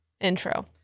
intro